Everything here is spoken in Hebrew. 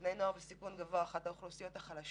- בני נוער בסיכון הם אחת האוכלוסיות החלשות